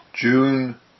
June